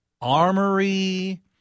Armory